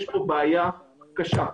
יש פה בעיה קשה.